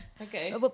Okay